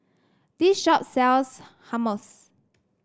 this shop sells Hummus